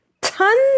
tons